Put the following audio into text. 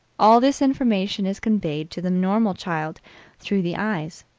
all this information is conveyed to the normal child through the eyes.